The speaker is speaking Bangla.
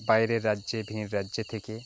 বাইরের রাজ্যে ভিন রাজ্যে থেকে